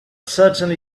certainly